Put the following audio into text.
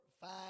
five